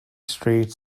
straight